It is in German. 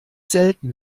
selten